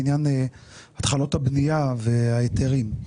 בעניין התחלות הבניה וההיתרים.